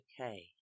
okay